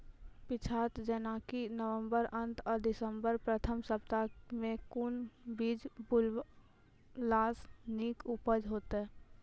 पीछात जेनाकि नवम्बर अंत आ दिसम्बर प्रथम सप्ताह मे कून बीज बुनलास नीक उपज हेते?